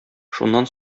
шуннан